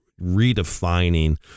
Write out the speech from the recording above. redefining